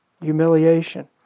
humiliation